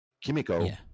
kimiko